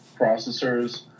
processors